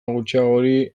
gutxiagori